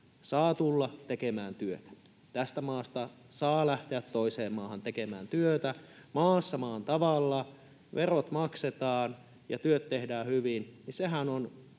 saa tulla tekemään työtä, tästä maasta saa lähteä toiseen maahan tekemään työtä. Maassa maan tavalla, verot maksetaan ja työt tehdään hyvin